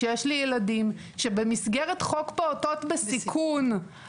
שיש לי ילדים שבמסגרת חוק פעוטות בסיכון,